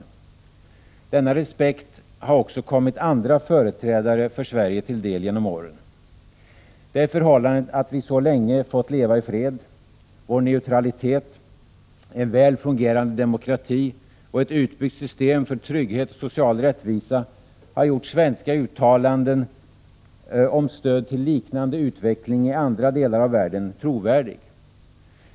Denna respekt har också kommit andra företrädare för Sverige till del genom åren. Det förhållandet att vi så länge fått leva i fred, vår neutralitet, en väl fungerande demokrati och ett utbyggt system för trygghet och social rättvisa har gjort svenska uttalanden om stöd till liknade utveckling i andra delar av världen trovärdiga.